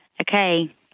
okay